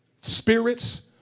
spirits